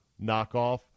knockoff